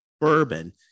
bourbon